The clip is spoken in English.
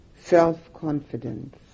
self-confidence